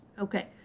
Okay